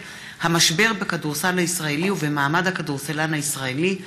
פריג' בנושא: המשבר בכדורסל הישראלי ובמעמד הכדורסלן הישראלי.